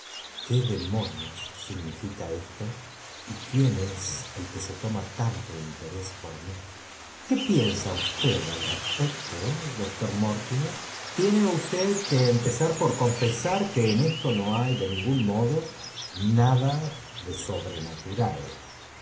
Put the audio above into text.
qué demonios significa esto y quién es el que se toma tanto interés por mí qué piensa usted al respecto doctor mortítiene usted que empezar por confesar que en f lsto no hay de ningún modo nada de sobreña